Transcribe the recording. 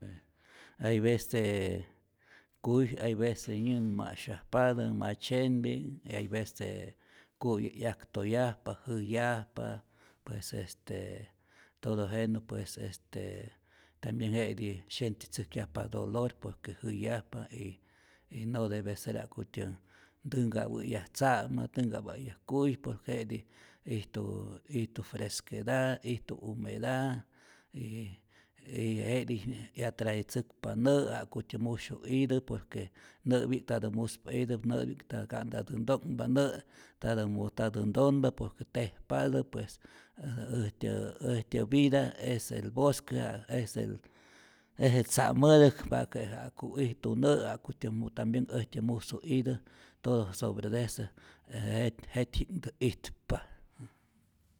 Hay vecee kuy hay vece yänhma'syajpatä matzyenpi'k y hay vece ku'yi 'yaktoyajpa, jäyajpa, pues este todo jenä pues este tambien je'ti syentitzäjkyajpa dolor, por que jäyajpa y no debe ser ja'kutyä ntänhka'pä'yaj tza'mä, ntänhka'pä'yaj kuy por que je'tij ijtu ijtu fresqueda, ijtu humeda, y y je'tij 'yatraetzäkpa nä' ja'kutyä musyu itä, por que nä'pi'k ntatä muspa itä, nä'pi'k ka'ntatä nto'nhpa nä' ntatä muj ntatä ntonpa, por que tejpatä pues äjtyä äjtyä vida es el bosque, ja es el es el tza'mätäk pa que ja'ku ijtu nä', jakutyä muj äjtyä musu itä todo sobre de ese j jety'ji'tä itpaj.